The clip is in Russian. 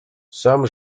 сам